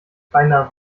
beinahe